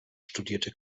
studierte